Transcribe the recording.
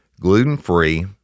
gluten-free